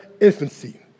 infancy